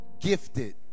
gifted